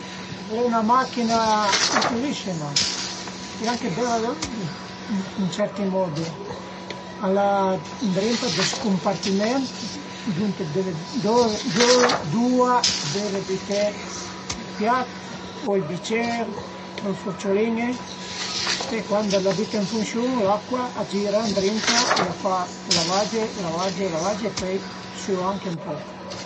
Al e 'na machin-a ütilissima e anche bela da vëddi ën certi modi, al a ëndrinta dë scumpartiment dunt deve ëndua deve büté i piat o i bicier o le furciulin-e, pöi cuandi la büte ën funsiun l'acua a gira ëndrinta e a fa lavage, lavage, lavage e pöi a süa anche ën poch